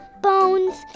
Bones